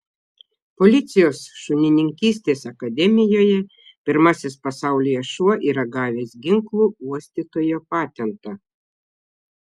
policijos šunininkystės akademijoje pirmasis pasaulyje šuo yra gavęs ginklų uostytojo patentą